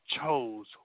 chose